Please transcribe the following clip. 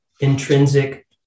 Intrinsic